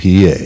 PA